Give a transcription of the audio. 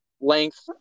length